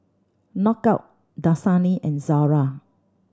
Knockout Dasani and Zara